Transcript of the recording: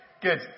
good